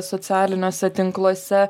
socialiniuose tinkluose